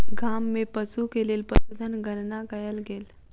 गाम में पशु के लेल पशुधन गणना कयल गेल